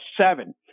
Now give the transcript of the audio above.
seven